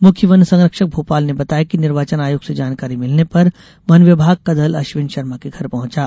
मुख्य वन संरक्षक भोपाल ने बताया कि निर्वाचन आयोग से जानकारी मिलने पर वन विभाग का दल अश्विन शर्मा के घर पहुंचा